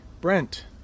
Brent